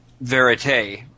verite